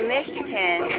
Michigan